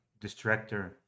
distractor